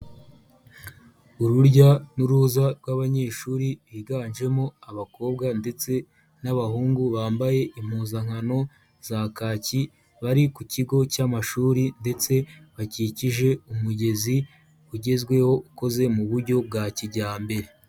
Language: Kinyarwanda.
Urujya n'uruza rw'abanyeshuri biganjemo abakobwa ndetse n'abahungu, bambaye impuzankano za kaki, bari ku kigo cy'amashuri ndetse bakikije umugezi ugezweho ukoze mu buryo bwa kijyambere.